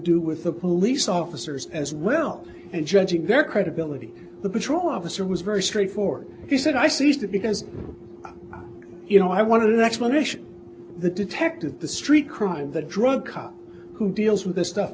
do with the police officers as well and judging their credibility the patrol officer was very straightforward he said i seized it because you know i want to do the explanation the detective the street crime the drug cop who deals with this stuff